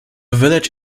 village